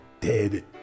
dead